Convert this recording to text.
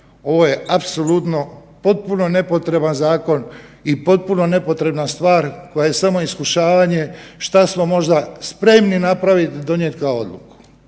ovo je apsolutno potpuno nepotreban zakon i potpuno nepotrebna stvar koja je samo iskušavanje šta smo možda spremni napraviti, donijeti kao odluku.